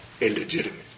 illegitimate